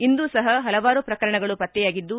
ಇಂದೂ ಸಹ ಪಲವಾರು ಪ್ರಕರಣಗಳು ಪತ್ತೆಯಾಗಿದ್ದು